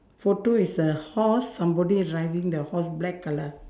photo is a horse somebody is riding the horse black colour